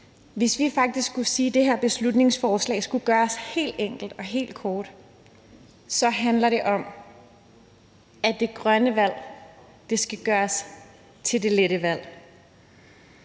Hvis vi skulle sige noget om det her beslutningsforslag, som skulle gøres helt enkelt og helt kort, skulle det være, at det handler om, at det grønne valg skal gøres til det lette valg.